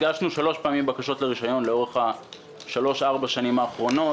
הגשנו שלוש פעמים בקשות לרישיון לאורך שלוש ארבע השנים האחרונות.